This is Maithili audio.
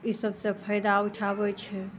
ई सबसँ फायदा उठाबय छै